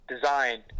design